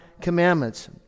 commandments